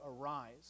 arise